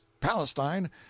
Palestine